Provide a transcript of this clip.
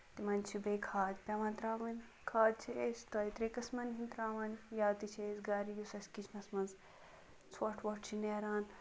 تِمن چھُ بیٚیہِ کھاد پیٚوان تراوٕنۍ کھاد چھِ أسۍ دوٚیہِ ترٛیہِ قٕسمَن ہندۍ تراوان یا تہٕ چھِ أسۍ گرِ یُس اَسہِ کِچنَس منٛز ژوٚٹھ ووٚٹھ چھُ نیران